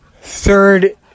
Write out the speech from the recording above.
Third